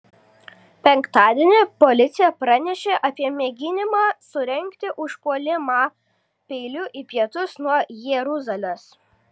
penktadienį policija pranešė apie mėginimą surengti užpuolimą peiliu į pietus nuo jeruzalės